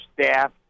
staff